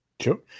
Sure